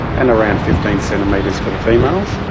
and around fifteen centimetres for the females.